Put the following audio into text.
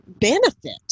benefit